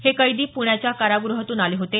हे कैदी पृण्याच्या काराग्रहातून आले होते